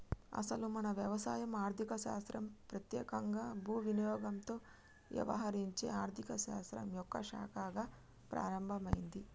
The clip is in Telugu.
అసలు మన వ్యవసాయం ఆర్థిక శాస్త్రం పెత్యేకంగా భూ వినియోగంతో యవహరించే ఆర్థిక శాస్త్రం యొక్క శాఖగా ప్రారంభమైంది